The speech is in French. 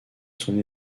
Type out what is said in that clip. son